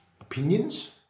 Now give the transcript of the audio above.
opinions